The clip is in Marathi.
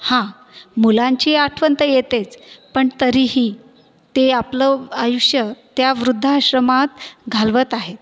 हा मुलांची आठवण तर येतेच पण तरीही ते आपलं आयुष्य त्या वृद्धाश्रमात घालवत आहेत